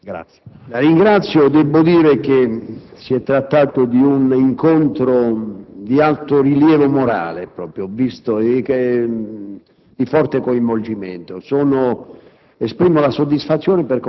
rappresaglie. La dignità delle istituzioni democratiche, la dignità di un Paese si mostra proprio facendo ciò che si ritiene giusto, anche se può - ma io ritengo che questo non avverrà - causare piccoli contraccolpi di carattere economico.